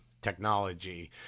technology